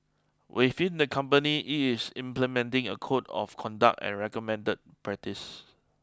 within the company it's implementing a code of conduct and recommend practice